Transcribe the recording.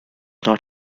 not